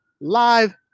live